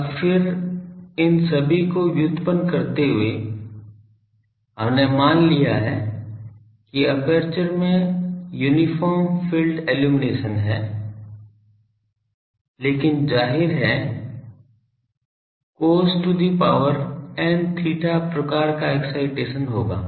अब फिर इन सभी को व्युत्पन्न करते हुए हमने मान लिया है कि एपर्चर में यूनिफार्म फील्ड इल्लुमिनेशन है लेकिन जाहिर है cos to the power n theta प्रकार का एक्साइटेशन होगा